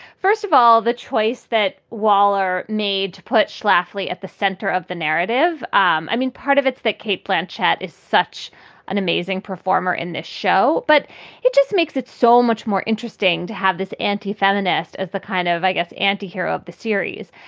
first of all, the choice that wahler made to put schlafly at the center of the narrative. um i mean, part of it's that kate planchet is such an amazing performer in this show, but it just makes it so much more interesting to have this antifeminist as the kind of, i guess, antihero of the series.